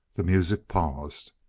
the music paused.